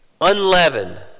Unleavened